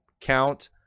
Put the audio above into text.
count